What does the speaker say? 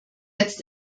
jetzt